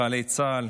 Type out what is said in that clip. לחיילי צה"ל,